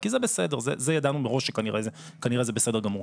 זה ידענו מראש שכנראה זה בסדר גמור.